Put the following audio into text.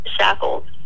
shackles